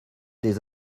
des